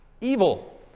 evil